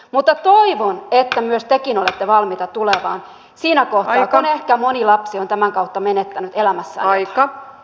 mutta toivon että myös te olette valmiita tulemaan siinä kohtaa kun ehkä moni lapsi on tämän kautta menettänyt elämässään jotain